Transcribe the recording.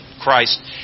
Christ